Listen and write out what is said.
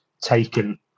taken